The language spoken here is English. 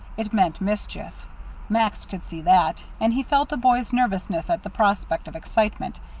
it meant mischief max could see that and he felt a boy's nervousness at the prospect of excitement.